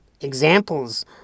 examples